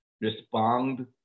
respond